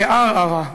בערערה,